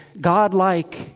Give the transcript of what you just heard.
godlike